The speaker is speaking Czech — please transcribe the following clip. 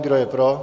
Kdo je pro?